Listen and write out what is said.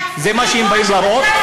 זה מה שהם באים להראות.